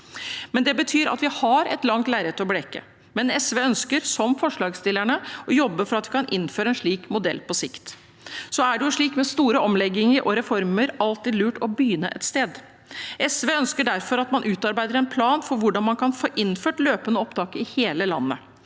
Det betyr at vi har et langt lerret å bleke, men SV ønsker, som forslagsstillerne, å jobbe for at vi kan innføre en slik modell på sikt. Så er det med store omlegginger og reformer alltid lurt å begynne et sted. SV ønsker derfor at man utarbeider en plan for hvordan man kan få innført løpende opptak i hele landet.